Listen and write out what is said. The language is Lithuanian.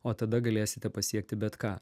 o tada galėsite pasiekti bet ką